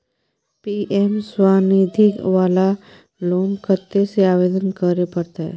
PM Swanidhi वाला loan कत्ते से आवेदन करे परतै?